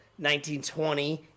1920